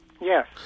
Yes